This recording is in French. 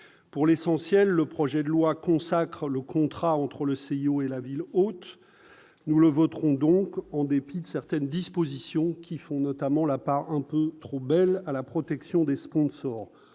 pour l'essentiel, le projet de loi consacre le contrat entre le CIO et la ville haute, nous le voterons donc en dépit de certaines dispositions qui font notamment la part un peu trop belle à la protection des sponsors,